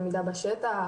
למידה בשטח,